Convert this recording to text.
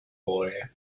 boy